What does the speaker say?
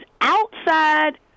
outside